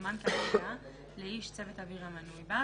שיסומן כעתודה לאיש צוות אוויר המנוי בה,